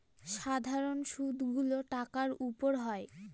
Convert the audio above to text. সাধারন সুদ গুলো টাকার উপর হয়